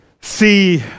see